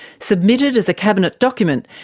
submitted as a cabinet document,